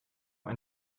ein